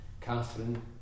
Catherine